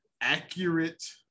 accurate